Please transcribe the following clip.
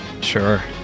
sure